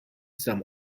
some